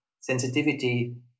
sensitivity